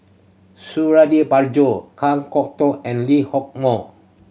Suradi Parjo Kan Kwok Toh and Lee Hock Moh